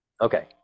Okay